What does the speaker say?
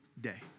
day